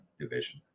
division